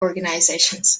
organisations